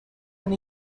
and